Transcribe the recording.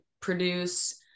produce